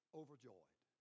overjoyed